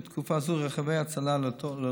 של מד"א בתקופה של עד חודשיים מתום התוקף של